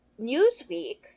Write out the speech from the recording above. Newsweek